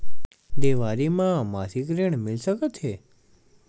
देवारी म मासिक ऋण मिल सकत हे?